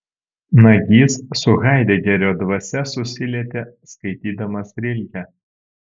nagys su haidegerio dvasia susilietė skaitydamas rilkę